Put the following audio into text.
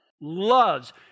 Loves